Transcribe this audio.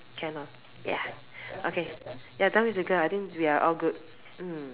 can lah ya okay we're done with the girl I think we are all good mm